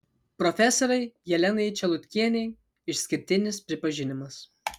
profesorei jelenai čelutkienei išskirtinis pripažinimas